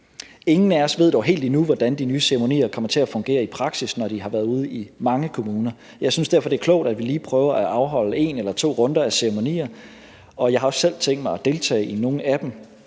Ingen af os ved dog helt endnu, hvordan de nye ceremonier kommer til at fungere i praksis, når de har været i mange kommuner. Jeg synes derfor, det er klogt, at vi lige prøver at afholde en eller to runder af ceremonier, og jeg har også selv tænkt mig at deltage i nogle af dem.